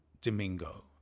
Domingo